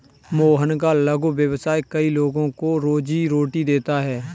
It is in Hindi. मोहन का लघु व्यवसाय कई लोगों को रोजीरोटी देता है